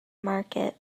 market